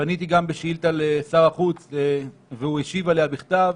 פניתי גם בשאילתה לשר החוץ והוא השיב עליה בכתב.